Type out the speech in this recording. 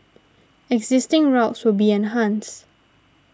existing routes will be enhanced